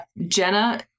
Jenna